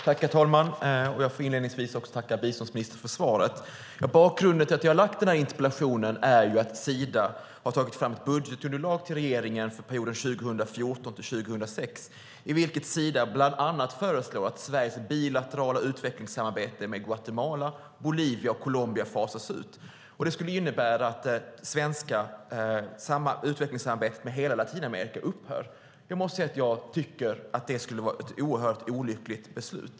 Herr talman! Jag inleder med att tacka biståndsministern för svaret. Bakgrunden till att jag har ställt denna interpellation är att Sida har tagit fram ett budgetunderlag till regeringen för perioden 2014-2016 i vilket Sida bland annat föreslår att Sveriges bilaterala utvecklingssamarbete med Guatemala, Bolivia och Colombia fasas ut. Det skulle innebära att det svenska utvecklingssamarbetet med hela Latinamerika upphör. Jag tycker att det skulle vara mycket olyckligt.